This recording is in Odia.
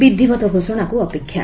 ବିଧିବଦ୍ଧ ଘୋଷଣାକୁ ଅପେକ୍ଷା